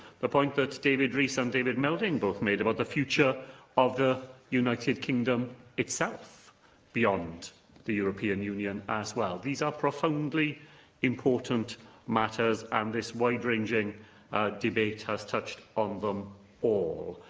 the point that david rees and david melding both made about the future of the united kingdom itself beyond the european union as well. these are profoundly important matters, and this wide-ranging debate has touched on them all.